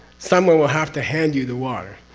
someone will have to hand you the water.